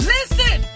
Listen